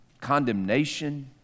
condemnation